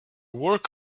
work